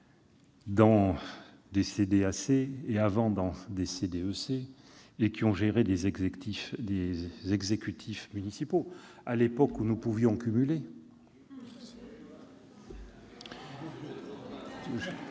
dans des CDAC et, auparavant, dans des CDEC et ont géré des exécutifs municipaux à l'époque où nous pouvions cumuler